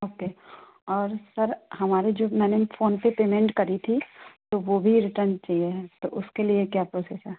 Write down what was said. okay और sir हमारे जो मैंने फ़ोन पर पेमेंट करी थी तो वो भी रिटर्न चाहिए है तो उसके लिए क्या प्रोसेस है